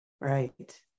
Right